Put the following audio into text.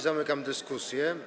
Zamykam dyskusję.